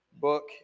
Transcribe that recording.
book